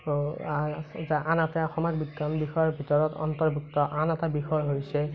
আৰু আনহাতে সমাজ বিজ্ঞান বিষয়ৰ ভিতৰত অন্তৰ্ভুক্ত আন এটা বিষয় হৈছে